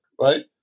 right